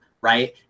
right